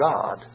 God